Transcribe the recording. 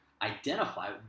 identify